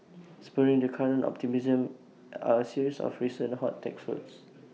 spurring the current optimism are A series of recent hot tech floats